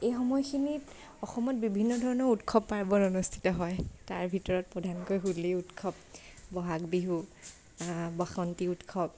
এই সময়খিনিত অসমত বিভিন্ন ধৰণৰ উৎসৱ পাৰ্বণ অনুস্থিত হয় তাৰ ভিতৰত প্ৰধানকৈ হোলী উৎসৱ বহাগ বিহু বাসন্তী উৎসৱ